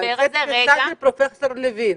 זו התפיסה של פרופ' לוין,